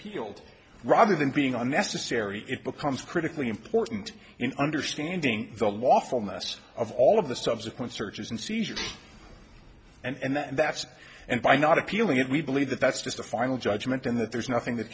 to rather than being a necessary it becomes critically important in understanding the lawfulness of all of the subsequent searches and seizures and that's and by not appealing it we believe that that's just a final judgment in that there's nothing that